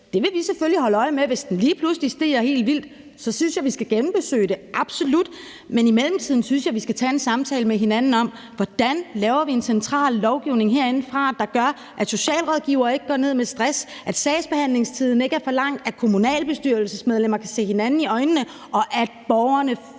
Det vil vi selvfølgelig holde øje med. Hvis den lige pludselig stiger helt vildt, synes jeg, vi skal genbesøge det, absolut, men i mellemtiden synes jeg, vi skal tage en samtale med hinanden om, hvordan vi laver en central lovgivning herindefra, der gør, at socialrådgivere ikke går ned med stress, at sagsbehandlingstiden ikke er for lang, at kommunalbestyrelsesmedlemmer kan se hinanden i øjnene, og at borgerne